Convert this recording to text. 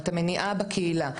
את המניעה בקהילה,